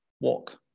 walk